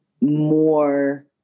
more